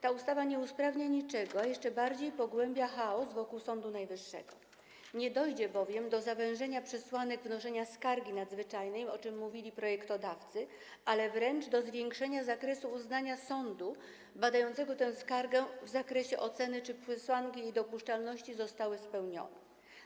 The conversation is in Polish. Ta ustawa niczego nie usprawnia, lecz jeszcze bardziej pogłębia chaos wokół Sądu Najwyższego, nie dojdzie bowiem do zawężenia przesłanek wnoszenia skargi nadzwyczajnej, o czym mówili projektodawcy, ale do zwiększenia zakresu uznania sądu badającego tę skargę w zakresie oceny, czy przesłanki jej dopuszczalności zostały spełnione.